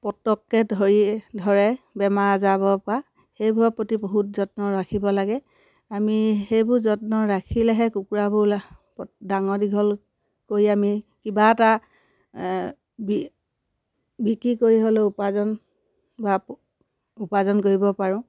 পটককৈ ধৰি ধৰে বেমাৰ আজাৰবোৰৰপৰা সেইবোৰৰ প্ৰতি বহুত যত্ন ৰাখিব লাগে আমি সেইবোৰ যত্ন ৰাখিলেহে কুকুৰাবোৰ ডাঙৰ দীঘল কৰি আমি কিবা এটা বিক্ৰী কৰি হ'লেও উপাৰ্জন বা উপাৰ্জন কৰিব পাৰোঁ